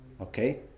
Okay